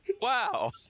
wow